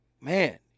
man